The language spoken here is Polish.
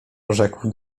rzekł